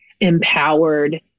empowered